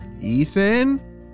Ethan